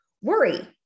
worry